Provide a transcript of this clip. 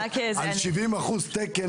על 70% תקן,